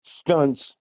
stunts